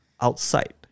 outside